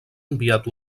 enviat